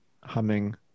humming